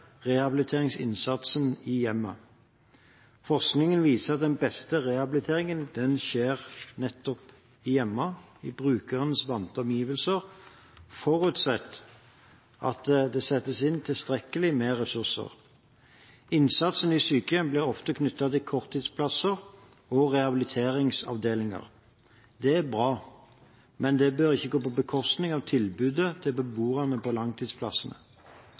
rehabiliteringsinnsatsen i hjemmet. Forskning viser at den beste rehabiliteringen skjer nettopp i hjemmet, i brukerens vante omgivelser, forutsatt at det settes inn tilstrekkelig med ressurser. Innsatsen i sykehjem blir ofte knyttet til korttidsplasser og rehabiliteringsavdelinger. Det er bra, men det bør ikke gå på bekostning av tilbudet til beboere på